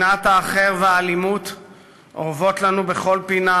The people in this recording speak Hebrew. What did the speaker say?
שנאת האחר והאלימות אורבות לנו בכל פינה,